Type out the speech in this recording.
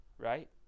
Right